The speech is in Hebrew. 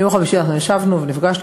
ביום חמישי אנחנו ישבנו ונפגשנו,